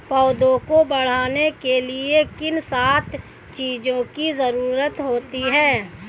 पौधों को बढ़ने के लिए किन सात चीजों की जरूरत होती है?